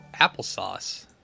applesauce